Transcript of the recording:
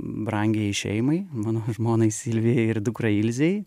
brangiajai šeimai mano žmonai silvijai ir dukrai ilzei